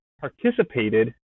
participated